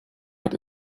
hat